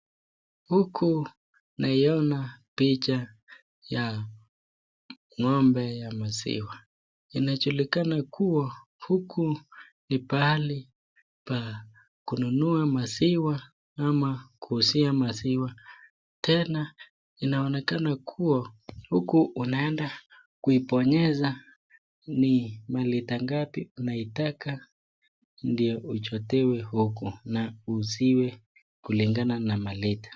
Huku naiona picha ya ng'ombe ya maziwa ,inajulikana kuwa huku ni pahali pa kununua maziwa ama kuuzia maziwa ,tena inaonekana kuwa huku unaenda kuibonyeza ni malita ngapi unaitaka uchotewe huku na uuziwe kulingana na malita.